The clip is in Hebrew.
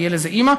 תהיה לזה אימא,